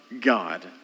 God